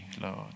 Lord